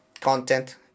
content